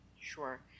Sure